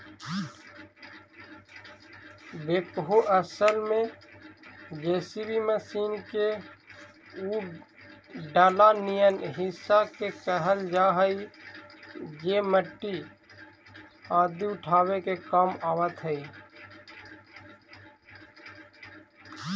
backhoe असल में JCB machine के उ डला निअन हिस्सा के कहल जा हई जे मट्टी आदि उठावे के काम आवऽ हई